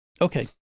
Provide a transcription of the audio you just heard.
Okay